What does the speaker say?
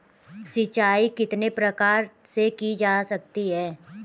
सिंचाई कितने प्रकार से की जा सकती है?